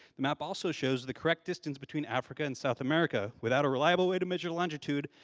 the map also shows the correct distance between africa and south america. without a reliable way to measure longitude,